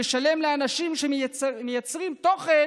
לשלם לאנשים שמייצרים תוכן